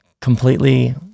completely